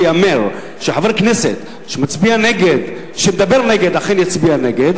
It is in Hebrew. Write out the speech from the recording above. שייאמר שחבר כנסת שמדבר נגד אכן יצביע נגד,